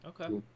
Okay